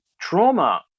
trauma